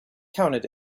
counted